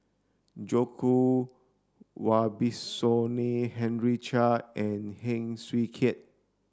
Djoko Wibisono Henry Chia and Heng Swee Keat